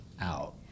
out